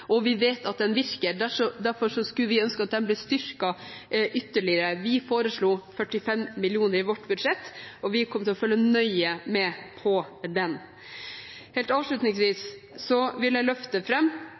Vi vet at den virker, og derfor skulle vi ønske at den ble styrket ytterligere. Vi foreslo 45 mill. kr i vårt budsjett, og vi kommer til å følge nøye med på den. Helt avslutningsvis vil jeg løfte